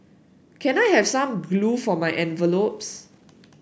can I have some glue for my envelopes